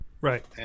Right